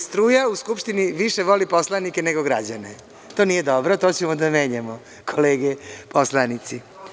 Struja u Skupštini više voli poslanike nego građane, to nije dobro, to ćemo da menjamo, kolege poslanici.